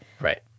Right